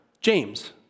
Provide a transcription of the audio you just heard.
James